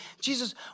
Jesus